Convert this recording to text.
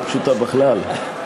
לא פשוטה בכלל.